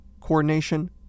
coordination